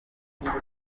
kirenze